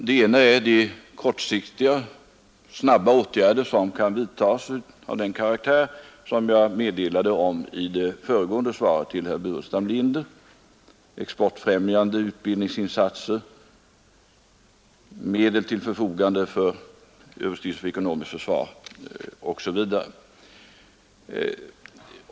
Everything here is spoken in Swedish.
Det ena är de kortsiktiga snabba åtgärder som kan vidtas av den karaktär som jag meddelade om i det föregående svaret till herr Burenstam Linder — exportfrämjande, utbildningsinsatser, medel till förfogande för överstyrelsen för ekonomiskt försvar osv.